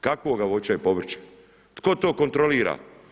Kakvog voća i povrća, tko tko kontrolira?